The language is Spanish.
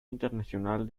internacional